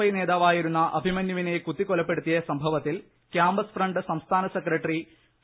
I നേതാവായിരുന്ന അഭിമന്യുവിനെ കുത്തിക്കൊലപ്പെടുത്തിയ സംഭവത്തിൽ ക്യാമ്പസ് ഫ്രണ്ട് സംസ്ഥാന സെക്രട്ടറി പി